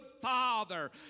father